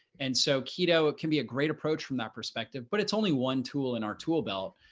and so keto, it can be a great approach from that perspective, but it's only one tool in our tool belt.